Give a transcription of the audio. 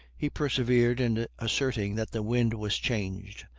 he persevered in asserting that the wind was changed,